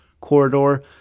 Corridor